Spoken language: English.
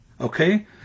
okay